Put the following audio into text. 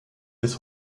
bis